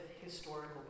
historical